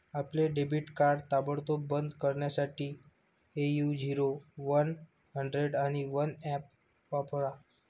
आपले debit card ताबडतोब बंद करण्यासाठी ए.यू झिरो वन हंड्रेड आणि वन ऍप वापरा